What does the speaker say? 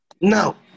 Now